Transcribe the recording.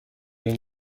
این